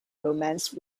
romance